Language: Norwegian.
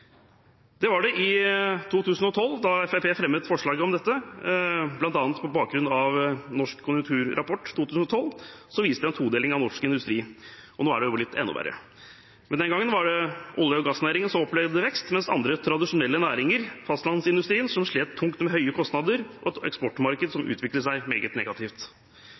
var det også i 2012, da Fremskrittspartiet fremmet forslag om dette, bl.a. på bakgrunn av Konjunkturrapport Norge 2012, som viste en todeling av norsk industri. Og nå er det jo blitt enda verre. Den gangen var det olje- og gassnæringen som opplevde vekst, mens andre tradisjonelle næringer, fastlandsindustrien, slet tungt med høye kostnader og et eksportmarked som utviklet seg meget negativt.